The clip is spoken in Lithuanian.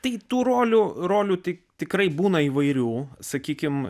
tai tų rolių rolių tik tikrai būna įvairių sakykime